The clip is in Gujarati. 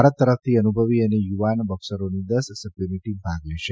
ભારત તરફથી અનુભવી અને યુવાન બોકસરોની દસ સભ્યોની ટીમ ભાગ લેશે